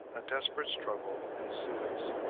a desperate struggle ensues.